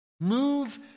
Move